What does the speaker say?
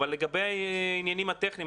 אבל לגבי העניינים הטכניים,